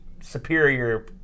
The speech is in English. superior